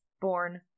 born